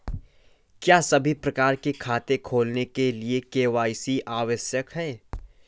क्या सभी प्रकार के खाते खोलने के लिए के.वाई.सी आवश्यक है?